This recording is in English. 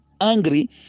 angry